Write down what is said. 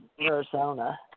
Arizona